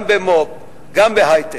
גם במו"פ וגם בהיי-טק.